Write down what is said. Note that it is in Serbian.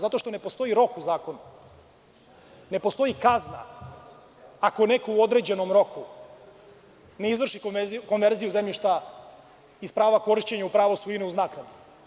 Zato što ne postoji rok u zakonu, ne postoji kazna ako neko u određenom roku ne izvrši konverziju zemljišta iz prava korišćenja u pravo svojine uz naknadu.